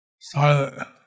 silent